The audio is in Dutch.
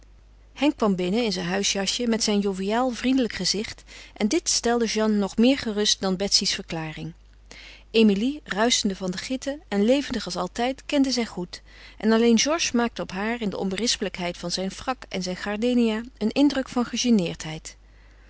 henk kwam binnen in zijn huisjasje met zijn joviaal vriendelijk gezicht en dit stelde jeanne nog meer gerust dan betsy's verklaring emilie ruischende van de gitten en levendig als altijd kende zij goed en alleen georges maakte op haar in de onberispelijkheid van zijn frac en zijn gardenia een indruk van